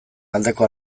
aldeko